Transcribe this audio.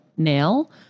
nail